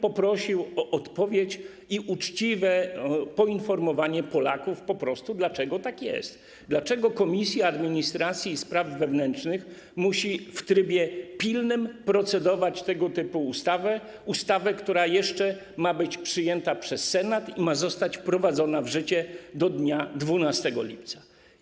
Poprosiłbym o odpowiedź i uczciwe poinformowanie Polaków, dlaczego tak jest, dlaczego Komisja Administracji i Spraw Wewnętrznych musi w trybie pilnym procedować tego typu ustawę, która jeszcze ma być przyjęta przez Senat i ma zostać wprowadzona w życie do 12 lipca.